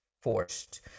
forced